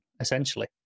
essentially